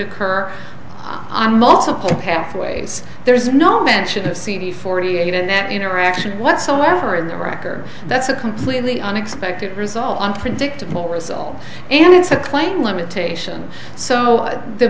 occur on multiple pathways there is no mention of c t forty eight in that interaction whatsoever in the record that's a completely unexpected result unpredictable result and it's a claim limitation so the